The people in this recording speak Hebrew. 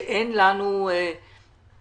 שאין לנו בסיס,